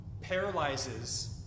paralyzes